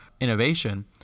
innovation